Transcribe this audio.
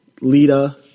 Lita